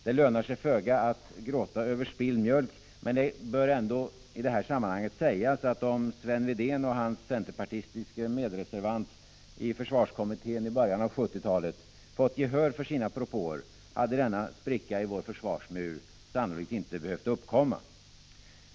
Det lönar sig föga att gråta över spilld möjlk, men det bör ändå i det här sammanhanget sägas att om Sven Wedén och hans centerpartistiske medreservant i försvarskommittén i början av 1970-talet fått gehör för sina propåer hade denna spricka i vår försvarsmur sannolikt inte behövt uppkomma.